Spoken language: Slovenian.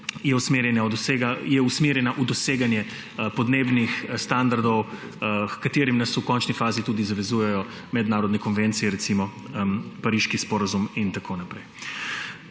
je usmerjen v doseganje podnebnih standardov, h katerim nas v končni fazi tudi zavezujejo mednarodne konvencije, recimo Pariški sporazum in tako naprej.